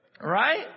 Right